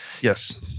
Yes